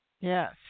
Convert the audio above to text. Yes